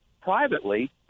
privately